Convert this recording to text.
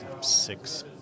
six